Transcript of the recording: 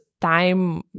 time